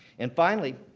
and finally,